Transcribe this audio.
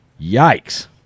Yikes